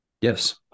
Yes